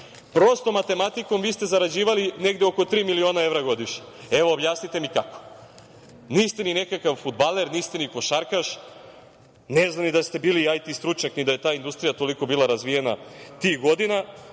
prostom matematikom, vi ste zarađivali negde oko tri miliona evra godišnje. Objasnite mi kako? Niste ni nekakav fudbale, niste ni košarkaš, ne znam ni da ste bili IT stručnjak, ni da je ta industrija bila toliko razvijena tih godina,